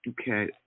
Okay